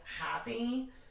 happy